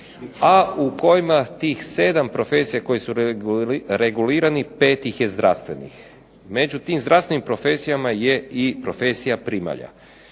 a u kojima tih 7 profesija koje su regulirane, 5 ih je zdravstvenih. Međutim zdravstvenim profesijama je i profesija primalja.